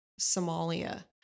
Somalia